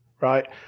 right